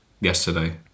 yesterday